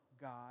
God